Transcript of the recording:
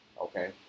Okay